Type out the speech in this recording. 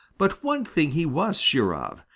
but one thing he was sure of,